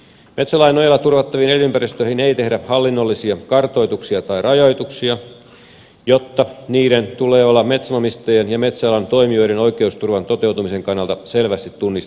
metsälain nojalla turvattaviin elinympäristöihin ei tehdä hallinnollisia kartoituksia tai rajoituksia jotta niiden tulee olla metsänomistajien ja metsäalan toimijoiden oikeusturvan toteutumisen kannalta selvästi tunnistettavissa